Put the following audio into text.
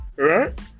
Right